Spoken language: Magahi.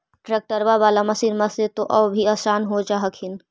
ट्रैक्टरबा बाला मसिन्मा से तो औ भी आसन हो जा हखिन?